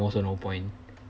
also no point